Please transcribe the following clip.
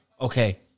okay